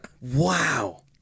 Wow